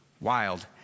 wild